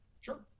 sure